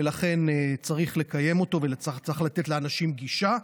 ולכן צריך לקיים אותו וצריך לתת לאנשים גישה.